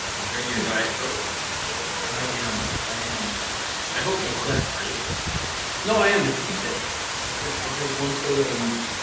drinking your diet coke i am i am i hope you are you know no i am it's cheat day i drink i drink one soda a week